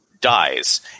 dies